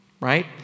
right